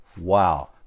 Wow